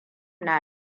na